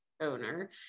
owner